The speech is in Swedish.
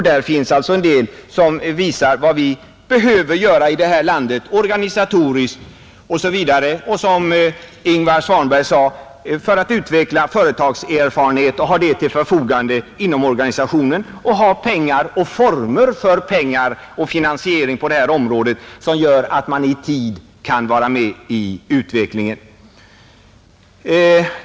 Där finns alltså en del som visar vad vi behöver göra här i landet, organisatoriskt sett, och som Ingvar Svanberg sade, för att utveckla företagserfarenheten och ha den till förfogande inom organisationen. Vidare behövs pengar och former för finansiering på området som gör att man i tid kan vara med i utvecklingen.